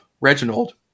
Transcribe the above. Reginald